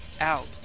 out